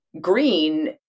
green